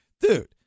dude